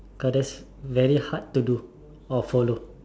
cause that's very hard to do or follow